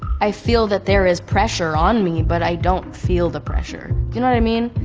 i feel that there is pressure on me, but i don't feel the pressure. you know what i mean?